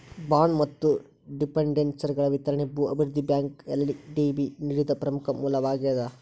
bond ಮತ್ತ ಡಿಬೆಂಚರ್ಗಳ ವಿತರಣಿ ಭೂ ಅಭಿವೃದ್ಧಿ ಬ್ಯಾಂಕ್ಗ ಎಲ್.ಡಿ.ಬಿ ನಿಧಿದು ಪ್ರಮುಖ ಮೂಲವಾಗೇದ